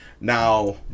Now